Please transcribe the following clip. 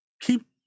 keep